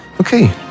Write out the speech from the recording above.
Okay